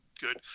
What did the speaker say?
good